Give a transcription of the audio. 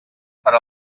per